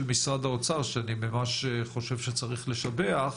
משרד האוצר שאני ממש חושב שצריך לשבח,